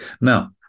Now